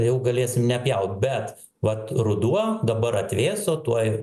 jau galėsim nepjaut bet vat ruduo dabar atvėso tuoj